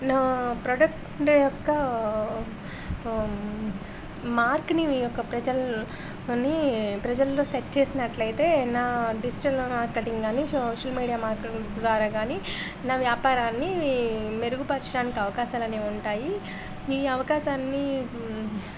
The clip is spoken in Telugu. నా ప్రొడక్ట్ మార్క్ని ఈ యొక్క ప్రజని ప్రజల్లో సెట్ చేసినట్లయితే నా డిజిటల్ మార్కెటింగ్ కానీ సోషల్ మీడియా మార్కెటింగ్ ద్వారా కానీ నా వ్యాపారాన్ని మెరుగుపరచడానికి అవకాశాలనేవి ఉంటాయి మీ అవకాశాన్ని